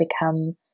become